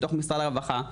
בתוך משרד הרווחה,